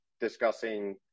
discussing